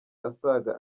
asaga